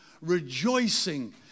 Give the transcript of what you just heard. rejoicing